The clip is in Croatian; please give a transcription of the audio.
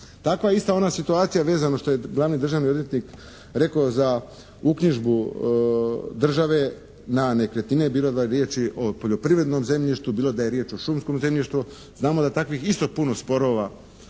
Takva je ista ona situacija vezano što je glavni državni odvjetnik rekao za uknjižbu države na nekretnine, bilo da je riječ o poljoprivrednom zemljištu, bilo da je riječ o šumskom zemljištu. Znamo da takvih isto puno sporova